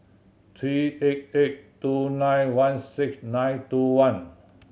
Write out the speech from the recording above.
three eight eight two nine one six nine two one